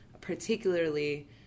particularly